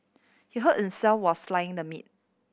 he hurt himself while the meat